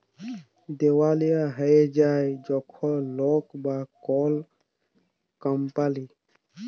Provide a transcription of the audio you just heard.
দেউলিয়া হঁয়ে যায় যখল লক বা কল কম্পালি